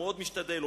הוא משתדל מאוד.